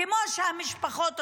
כמו שהמשפחות רוצות,